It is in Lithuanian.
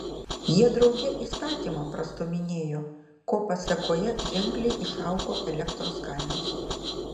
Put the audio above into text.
jie drauge įstatymą prastūminėjo ko pasėkoje ženkliai išaugo elektros kainos